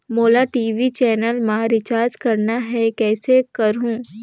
मोला TV channel मा recharge करना हे, कइसे करहुँ?